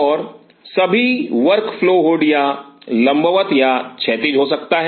और सभी workflow हुड यह लंबवत या क्षैतिज हो सकता है